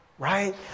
Right